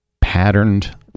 patterned